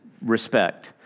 respect